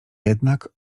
jednak